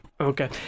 Okay